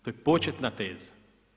To je početna teza.